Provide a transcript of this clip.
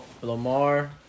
Lamar